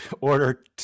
order